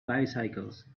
bicycles